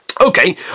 Okay